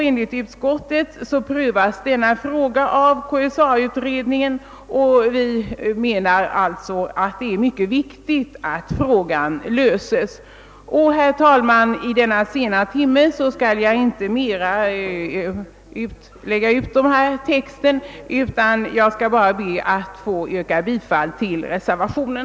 Enligt utskottet prövas denna fråga av KSA-utredningen, och vi motionärer anser att det är mycket viktigt att frågan löses. Herr talman! Vid denna sena timme skall jag inte mera lägga ut texten utan bara be att få yrka bifall till reservationen.